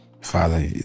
Father